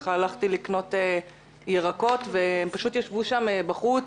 הלכתי לקנות ירקות והם פשוט ישבו שם בחוץ,